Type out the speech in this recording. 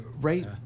right